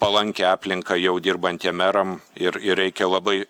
palankią aplinką jau dirbantiem meram ir ir reikia labai